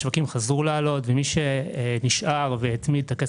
השווקים חזרו לעלות ומי שנשאר והשאיר את הכסף